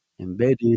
embedded